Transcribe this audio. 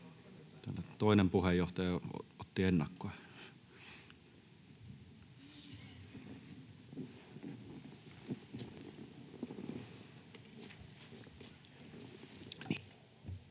Toinen puheenjohtaja jo otti ennakkoa.